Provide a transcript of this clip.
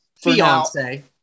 Fiance